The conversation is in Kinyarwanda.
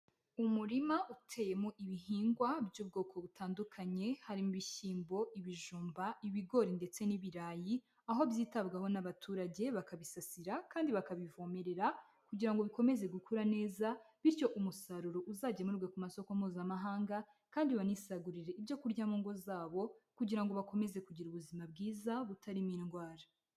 Umurima uteyemo ibihingwa by'ubwoko butandukanye, harimo: ibishyimbo, ibijumba, ibigori ndetse n'ibirayi; aho byitabwaho n'abaturage bakabisasira kandi bakabivomerera kugira ngo bikomeze gukura neza, bityo umusaruro uzagemurwe ku masoko mpuzamahanga kandi banisagurire ibyo kurya mu ngo zabo, kugira ngo bakomeze kugira ubuzima bwiza butarimo indwara.